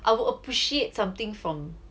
I would appreciate something from